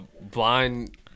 Blind